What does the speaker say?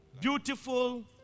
beautiful